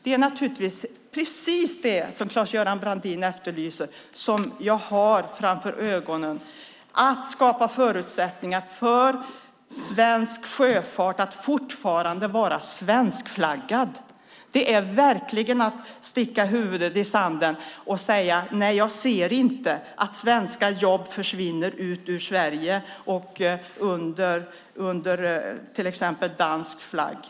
Det är naturligtvis precis det som Claes-Göran Brandin efterlyser som jag har framför ögonen, att skapa förutsättningar för svensk sjöfart att fortfarande vara svenskflaggad. Det är verkligen att sticka huvudet i sanden att säga: Nej, jag ser inte att svenska jobb försvinner ut ur Sverige och hamnar under till exempel dansk flagg.